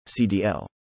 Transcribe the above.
CDL